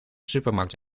supermarkt